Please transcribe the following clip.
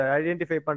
identify